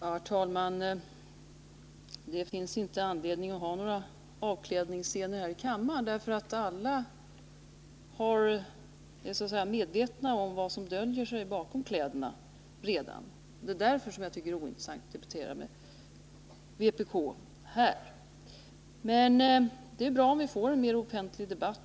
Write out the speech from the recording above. Herr talman! Det finns inte anledning att ha några avklädningsscener här i kammaren, eftersom alla redan är medvetna om vad som döljer sig under kläderna. Det är därför jag tycker det är ointressant att debattera med vpk här. Men det är bra om vi får en mer offentlig debatt.